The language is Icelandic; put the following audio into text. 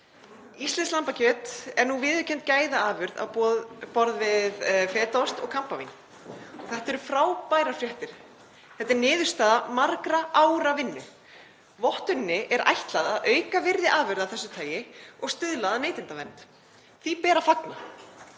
Íslenskt lambakjöt er nú viðurkennd gæðaafurð á borð við fetaost og kampavín og þetta eru frábærar fréttir. Þetta er niðurstaða margra ára vinnu. Vottuninni er ætlað að auka virði afurða af þessu tagi og stuðla að neytendavernd. Því ber að fagna.